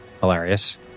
Hilarious